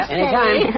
Anytime